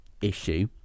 issue